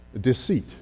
deceit